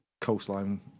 coastline